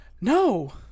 No